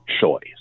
choice